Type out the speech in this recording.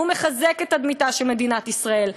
הוא מחזק את תדמיתה של מדינת ישראל,